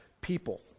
people